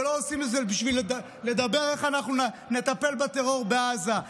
ולא עושים את זה בשביל לדבר על איך אנחנו נטפל בטרור בעזה,